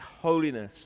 holiness